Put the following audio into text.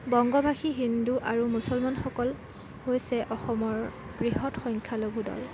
বংগভাষী হিন্দু আৰু মুছলমানসকল হৈছে অসমৰ বৃহৎ সংখ্য়ালঘু দল